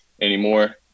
anymore